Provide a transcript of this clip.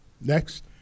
Next